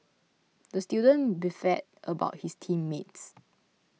the student beefed about his team mates